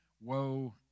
woe